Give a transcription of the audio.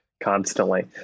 Constantly